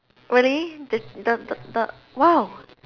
really the the the the !wow!